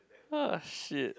ah shit